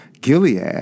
Gilead